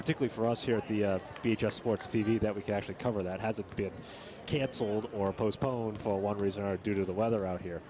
particular for us here at the beach esports t v that we can actually cover that hasn't been canceled or postponed for one reason or due to the weather out here